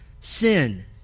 sin